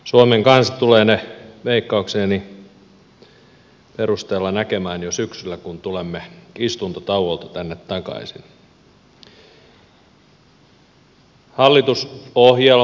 suomen kansa tulee ne veikkaukseni perusteella näkemään jo syksyllä kun tulemme istuntotauolta tänne takaisin